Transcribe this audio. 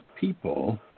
people